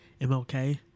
mlk